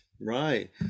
right